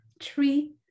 three